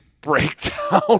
breakdown